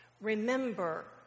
Remember